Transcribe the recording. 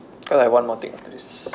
cause I have one more thing after this